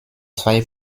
zwei